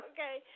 Okay